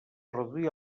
reduir